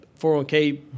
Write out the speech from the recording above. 401k